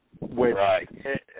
Right